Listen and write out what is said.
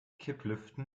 kipplüften